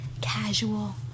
casual